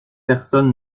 personne